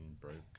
broken